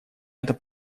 это